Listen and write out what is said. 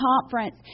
conference